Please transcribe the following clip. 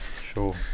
sure